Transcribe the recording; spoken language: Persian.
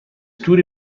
توری